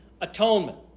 atonement